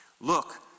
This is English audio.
Look